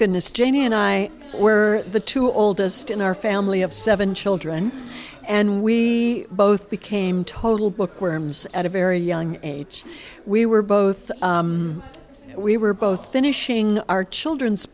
goodness janie and i were the two oldest in our family of seven children and we both became total bookworms at a very young age we were both we were both finishing our children's